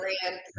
brand